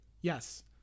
Yes